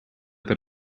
per